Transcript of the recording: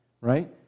Right